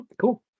cool